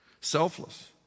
Selfless